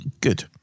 good